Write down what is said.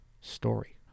story